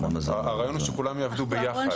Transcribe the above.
הרעיון הוא שכולם יעבדו ביחד.